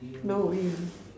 no we